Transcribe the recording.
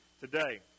today